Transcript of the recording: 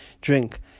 Drink